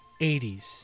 80s